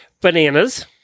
bananas